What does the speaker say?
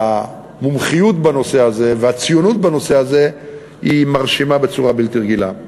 המומחיות בנושא הזה והציונות בנושא הזה הן מרשימות בצורה בלתי רגילה.